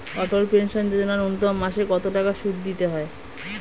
অটল pension Yojana ন্যূনতম মাসে কত টাকা সুধ দিতে হয়?